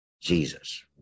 Jesus